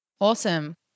Awesome